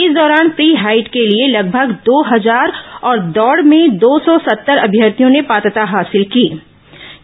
इस दौरान pre height के लिए लगभग दो हजार और दौड़ में दो सौ सत्तर अभ्यर्थियों ने पात्रता हासिल कीं